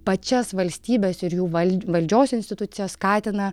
pačias valstybes ir jų val valdžios institucijas skatina